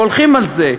והולכים על זה,